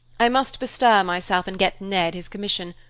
i must bestir myself and get ned his commission,